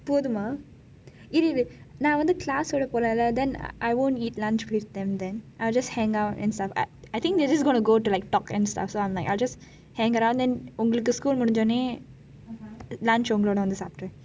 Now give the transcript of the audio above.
போதுதமா இரு இரு நான் வந்து:pothuthama iru iru naan vanthu class ஓடு போறேன் லே:odu poraen lei then I wont eat lunch with them then I will just hang out and stuff uh I think we are just going to like talk and stuff then I will just hang around and then உங்களுக்கு:unkalukku school முடிஞ்சோனே:mudinjonei lunch உங்களோடு வந்து சாப்பிடுறேன்:unkalodu vanthu saapiduren